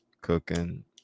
cooking